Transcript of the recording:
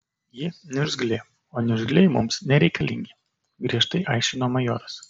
ji niurzglė o niurzgliai mums nereikalingi griežtai aiškino majoras